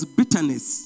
bitterness